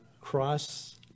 cross